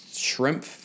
shrimp